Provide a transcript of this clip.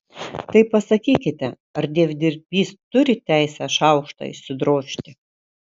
tai pasakykite ar dievdirbys turi teisę šaukštą išsidrožti